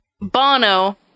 Bono